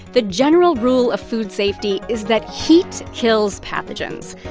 the general rule of food safety is that heat kills pathogens.